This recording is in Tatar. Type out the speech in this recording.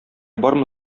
бармы